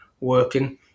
working